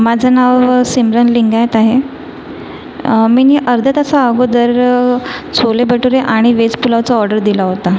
माझं नाव सिमरन लिंगायत आहे मीनी अर्ध्या तासा अगोदर छोले भटुरे आणि वेज पुलावचा ऑर्डर दिला होता